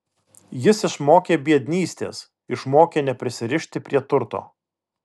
jis išmokė biednystės išmokė neprisirišti prie turto